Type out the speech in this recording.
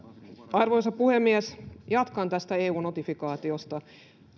arvoisa puhemies jatkan tästä eu notifikaatiosta